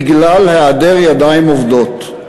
בגלל היעדר ידיים עובדות.